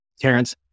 Terrence